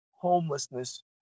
homelessness